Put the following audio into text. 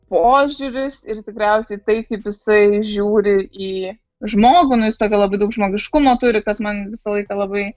požiūris ir tikriausiai tai kaip jisai žiūri į žmogų nu jis tokio labai daug žmogiškumo turi kas man visą laiką labai